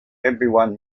everyone